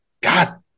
God